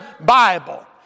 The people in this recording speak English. Bible